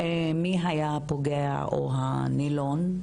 מי היה הפוגע או הנילון,